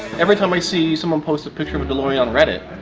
everytime i see someone post a picture of a delorean on reddit,